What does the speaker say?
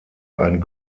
ein